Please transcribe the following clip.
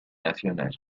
nacional